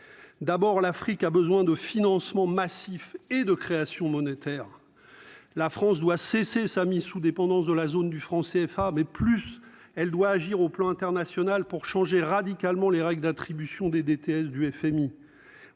D'abord l'Afrique a besoin de financement massif et de création monétaire. La France doit cesser sa mise sous dépendance de la zone du franc CFA mais plus elle doit agir au plan international pour changer radicalement les règles d'attribution des DTS du FMI.